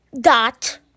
dot